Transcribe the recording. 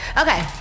Okay